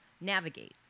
navigate